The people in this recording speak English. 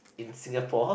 in Singapore